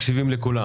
מקשיבים לכולם.